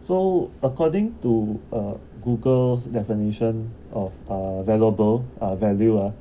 so according to a Google's definition of uh valuable uh value ah